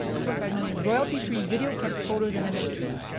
two point five million royalty free video clips photos and images.